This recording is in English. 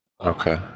Okay